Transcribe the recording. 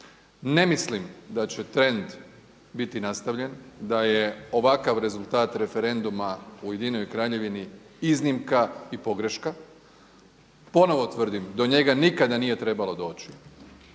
Ne mislim da će trend biti nastavljen, da je ovakav rezultat referenduma u Ujedinjenoj Kraljevini iznimka i pogreška. Ponovno tvrdim do njega nikada nije trebalo doći.